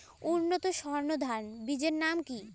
উন্নত সর্ন ধান বীজের নাম কি?